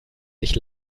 sich